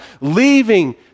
leaving